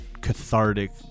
cathartic